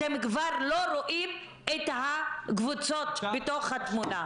אתם כבר לא רואים את הקבוצות בתמונה.